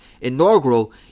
inaugural